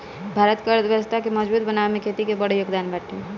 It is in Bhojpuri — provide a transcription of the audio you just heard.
भारत के अर्थव्यवस्था के मजबूत बनावे में खेती के बड़ जोगदान बाटे